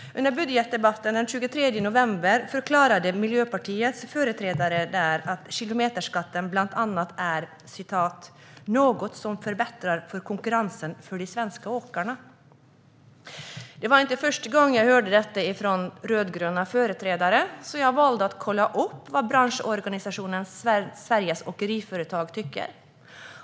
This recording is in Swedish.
Under budgetdebatten den 23 november förklarade Miljöpartiets företrädare att kilometerskatten bland annat är något som förbättrar konkurrensen för de svenska åkarna. Det var inte första gången jag hörde detta från rödgröna företrädare, så jag valde att kolla upp vad branschorganisationen Sveriges Åkeriföretag tycker.